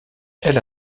elle